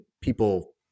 people